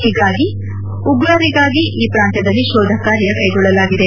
ಹೀಗಾಗಿ ಉಗ್ರರಿಗಾಗಿ ಈ ಪ್ರಾಂತ್ಯದಲ್ಲಿ ಶೋಧ ಕಾರ್ಯ ಕೈಗೊಳ್ಳಲಾಗಿದೆ